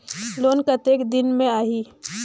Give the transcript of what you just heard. Loan कतेक दिन मे आही?